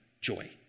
joy